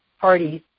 parties